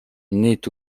naît